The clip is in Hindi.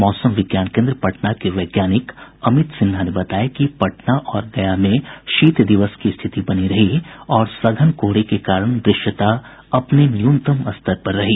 मौसम विज्ञान कोन्द्र पटना के वैज्ञानिक अमित सिन्हा ने बताया कि पटना और गया में शीत दिवस की स्थिति बनी रही और सघन कोहरे के कारण दृश्यता अपने न्यूनतम स्तर पर रही